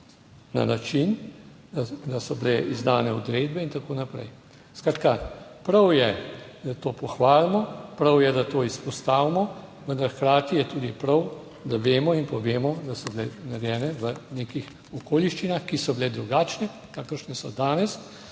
na način, da so bile izdane odredbe in tako naprej. Skratka prav je, da to pohvalimo, prav je, da to izpostavimo, vendar hkrati je tudi prav, da vemo in povemo, da so bile narejene v nekih okoliščinah, ki so bile drugačne, kakršne so danes,